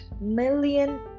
million